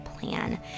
plan